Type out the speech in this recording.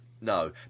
no